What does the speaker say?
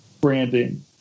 branding